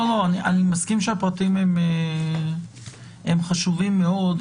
אני מסכים שהפרטים חשובים מאוד.